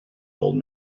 old